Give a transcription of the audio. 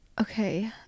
Okay